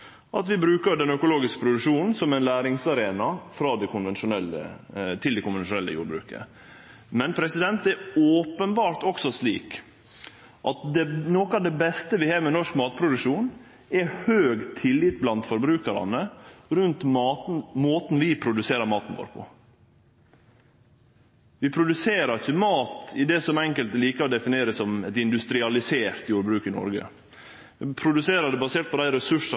at vi brukar den økologiske produksjonen som ein læringsarena for det konvensjonelle jordbruket. Men det er openbert også slik at noko av det beste vi har med norsk matproduksjon, er høg tillit blant forbrukarane når det gjeld måten vi produserer maten vår på. Vi produserer ikkje mat i det som enkelte likar å definere som eit industrialisert jordbruk i Noreg. Vi produserer basert på dei ressursane